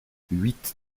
huit